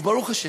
וברוך השם,